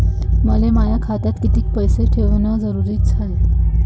मले माया खात्यात कितीक पैसे ठेवण जरुरीच हाय?